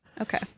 Okay